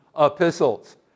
epistles